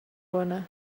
کنه